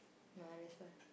ya that's why